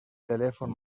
telèfon